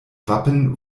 wappen